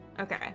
Okay